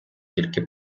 тільки